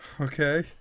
Okay